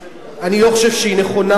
אני לא חושב שהיא נכונה,